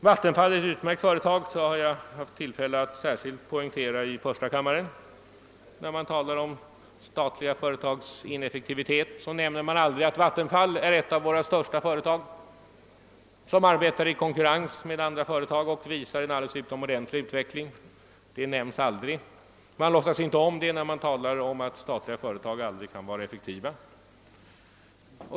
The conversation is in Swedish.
Vattenfall är ett utmärkt företag, vilket jag haft tillfälle att särskilt poängtera i första kammaren. När man talar om statliga företags ineffektivitet nämner man aldrig att Vattenfall är ett av vårt lands största företag, och ett företag som arbetar i konkurrens med andra företag och visar en alldeles utomordentlig utveckling. Man låtsas inte om detta när man talar om att statliga företag aldrig kan vara effektiva.